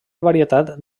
varietat